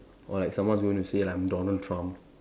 or like someone's going to say like I'm Donald Trump